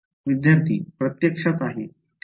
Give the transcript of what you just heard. विद्यार्थी प्रत्यक्षात आहे